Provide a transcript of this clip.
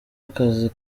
akazi